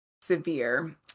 severe